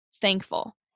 thankful